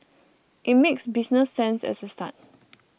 it makes business sense as a start